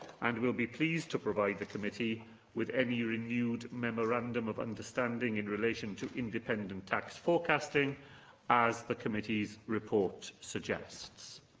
and will be pleased to provide the committee with any renewed memorandum of understanding in relation to independent tax forecasting as the committee's report suggests.